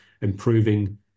improving